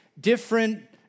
different